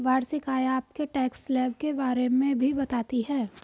वार्षिक आय आपके टैक्स स्लैब के बारे में भी बताती है